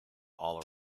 all